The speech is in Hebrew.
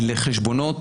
היא לחשבונות,